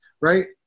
right